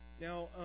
Now